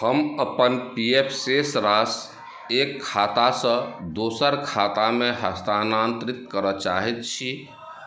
हम अपन P F शेष राशि एक खातासँ दोसर खातामे हस्तानांतरित करऽ चाहैत छी